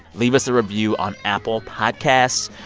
leave us a review on apple podcasts.